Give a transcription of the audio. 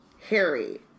Harry